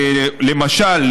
למשל,